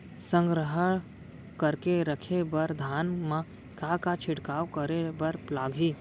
संग्रह करके रखे बर धान मा का का छिड़काव करे बर लागही?